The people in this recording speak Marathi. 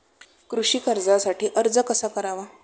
कृषी कर्जासाठी अर्ज कसा करावा?